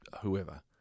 whoever